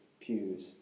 pews